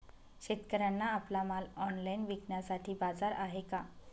शेतकऱ्यांना आपला माल ऑनलाइन विकण्यासाठी बाजार आहे का?